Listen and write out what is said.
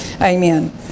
Amen